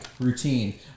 Routine